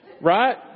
Right